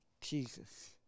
Jesus